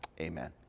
amen